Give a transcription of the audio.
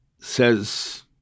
says